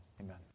Amen